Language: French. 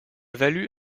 valu